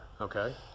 okay